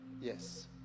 yes